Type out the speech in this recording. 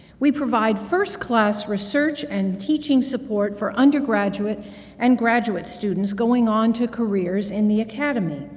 we provide first class research and teaching support for undergraduate and graduate students going on to careers in the academy.